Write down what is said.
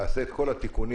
תעשה את כל התיקונים,